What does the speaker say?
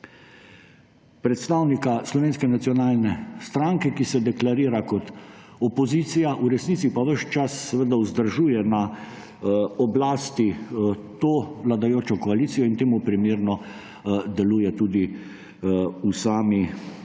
predstavnika Slovenske nacionalne stranke, ki se deklarira kot opozicija, v resnici pa ves čas vzdržuje na oblasti to vladajočo koalicijo in temu primerno deluje tudi v sami